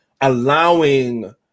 allowing